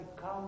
come